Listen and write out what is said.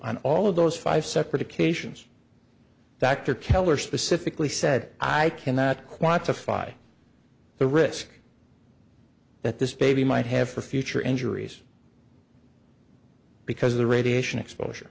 on all of those five separate occasions dr keller specifically said i cannot quantify the risk that this baby might have for future injuries because of the radiation exposure